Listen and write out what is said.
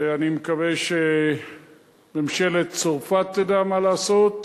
ואני מקווה שממשלת צרפת תדע מה לעשות,